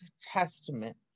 Testament